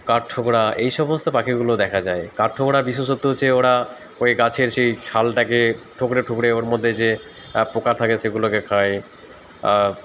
কাঠঠোকরা এই সমস্ত পাখিগুলো দেখা যায় কাঠঠোকরার বিশেষত্ব হচ্ছে ওরা ওই গাছের সেই ছালটাকে ঠুকরে ঠুকরে ওর মধ্যে যে পোকা থাকে সেগুলোকে খায়